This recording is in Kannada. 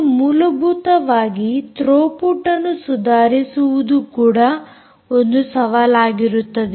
ಹಾಗೂ ಮೂಲಭೂತವಾಗಿ ಥ್ರೋಪುಟ್ ಅನ್ನು ಸುಧಾರಿಸುವುದು ಕೂಡ ಒಂದು ಸವಾಲಾಗಿರುತ್ತದೆ